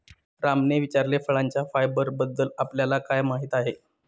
रामने विचारले, फळांच्या फायबरबद्दल आपल्याला काय माहिती आहे?